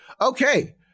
Okay